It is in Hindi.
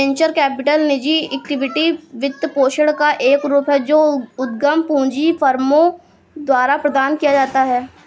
वेंचर कैपिटल निजी इक्विटी वित्तपोषण का एक रूप है जो उद्यम पूंजी फर्मों द्वारा प्रदान किया जाता है